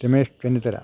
Ramesh Chennithala